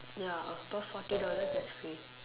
ya above forty dollars it's free